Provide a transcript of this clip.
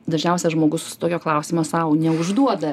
dažniausia žmogus tokio klausimo sau neužduoda